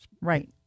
Right